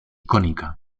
cónica